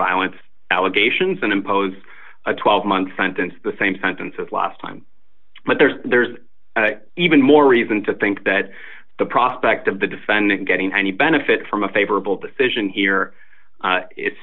violence allegations and impose a twelve month sentence the same sentence as last time but there's there's even more reason to think that the prospect of the defendant getting any benefit from a favorable decision here